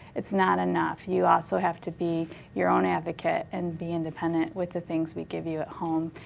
it's not enough. you also have to be your own advocate and be independent with the things we give you at home.